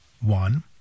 One